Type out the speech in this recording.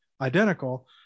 identical